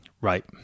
Right